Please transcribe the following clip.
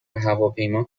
هواپیما